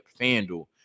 FanDuel